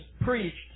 preached